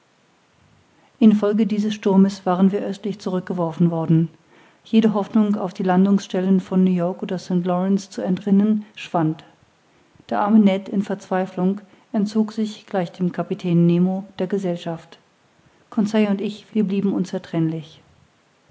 folge dieses sturmes waren mir östlich zurückgeworfen worden jede hoffnung auf die landungsstellen von new-york oder st lorenz zu entrinnen schwand der arme ned in verzweiflung entzog sich gleich dem kapitän nemo der gesellschaft conseil und ich wir blieben unzertrennlich